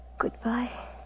Goodbye